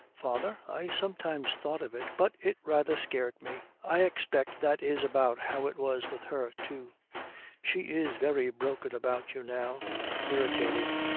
father, i sometimes thought of it, but it rather scared me! i expect that is about how it was with her, too she is very broken about you now irritated,